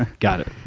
got it.